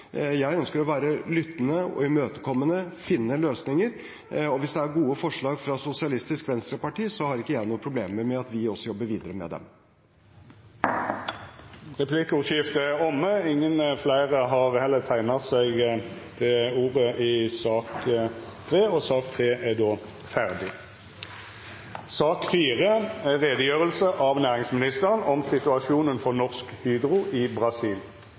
Jeg ønsker å være lyttende og imøtekommende og finne løsninger. Hvis det er gode forslag fra Sosialistisk Venstreparti, har ikke jeg noen problemer med at vi også jobber videre med dem. Replikkordskiftet er omme. Fleire har ikkje bedt om ordet til sak nr. 3. Jeg viser til mitt brev til Stortinget av 3. mai og takker for muligheten til å redegjøre for statens eieroppfølging og andre relevante forhold knyttet til Norsk